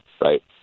right